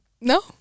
No